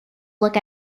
look